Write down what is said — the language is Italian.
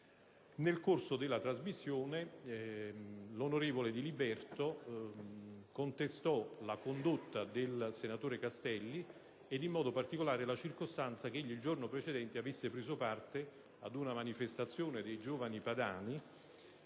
Nel corso della trasmissione, l'onorevole Diliberto contestò la condotta del senatore Castelli, in modo particolare la circostanza che egli il giorno precedente aveva preso parte ad una manifestazione dei «giovani padani»,